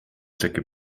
tekib